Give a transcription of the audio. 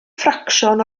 ffracsiwn